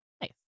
Nice